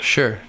Sure